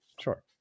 Sure